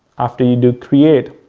after you do create,